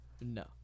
No